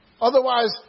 Otherwise